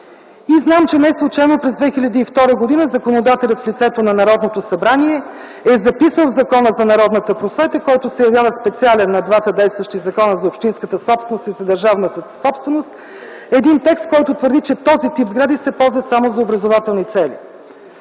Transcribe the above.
и знам, че неслучайно през 2002 г. законодателят, в лицето на Народното събрание, е записал Закона за народната просвета, който се явява специален на двата действащи закона – за общинската собственост и за държавната собственост, един текст, който твърди, че този тип сгради се ползват само за образователни цели.